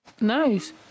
Nice